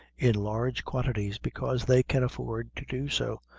in large quantities, because they can afford to do so,